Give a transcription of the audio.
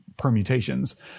permutations